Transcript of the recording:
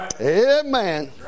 Amen